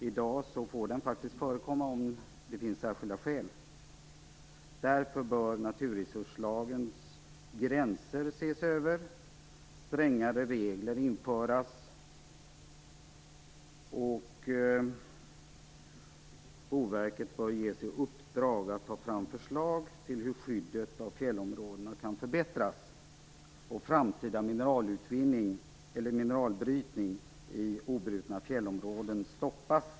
I dag får sådan faktiskt förekomma om det finns särskilda skäl. Därför bör naturresurslagens gränser ses över och strängare regler införas. Boverket bör ges i uppdrag att ta fram förslag till hur skyddet av fjällområdena kan förbättras och framtida mineralbrytning i obrutna fjällområden stoppas.